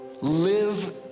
Live